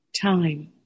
time